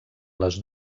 les